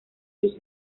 sus